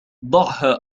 ضعها